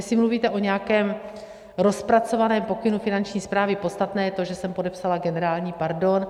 Jestli mluvíte o nějakém rozpracovaném pokynu Finanční správy, podstatné je to, že jsem podepsala generální pardon.